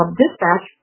dispatch